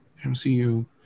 MCU